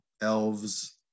elves